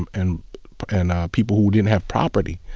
and and and people who didn't have property.